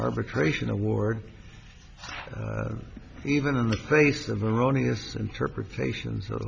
arbitration award even in the face of erroneous interpretation so